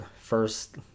First